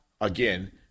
again